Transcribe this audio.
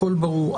הכול ברור.